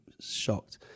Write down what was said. shocked